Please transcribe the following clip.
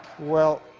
well,